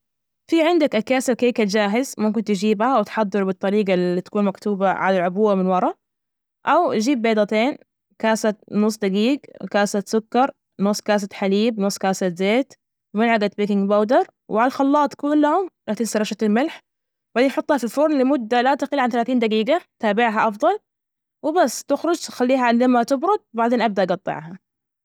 في عندك أكياس الكيكة الجاهز ممكن تجيبها أو تحضر بالطريجة اللي تكون مكتوبة على العبوة من ورا، أو جيب بيضتين، كاسة نص دجيج، كاسة سكر، نص كاسة حليب، نص كاسة زيت، ملعجة بيكنج باودر وعالخلاط كلهم لا تنسى رشة الملح وبعدين حطها في الفرن لمدة لا تجل عن ثلاثين دجيجة. تابعها أفضل. وبس تخرج تخليها لما تبرد. بعدين أبدء أقطعها.